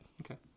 Okay